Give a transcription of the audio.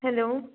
hello